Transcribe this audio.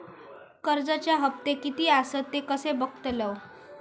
कर्जच्या हप्ते किती आसत ते कसे बगतलव?